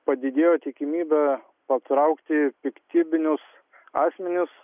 padidėjo tikimybė patraukti piktybinius asmenis